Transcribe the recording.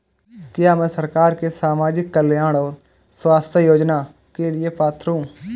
क्या मैं सरकार के सामाजिक कल्याण और स्वास्थ्य योजना के लिए पात्र हूं?